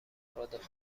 افراد